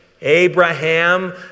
Abraham